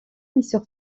est